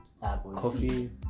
coffee